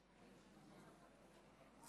חבר הכנסת מסעוד גנאים.